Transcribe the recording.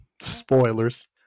Spoilers